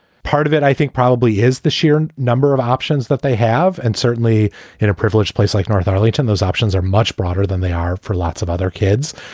part of it, i think probably is the sheer and number of options that they have and certainly in a privileged place like north arlington, those options are much broader than they are for lots of other kids.